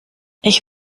ich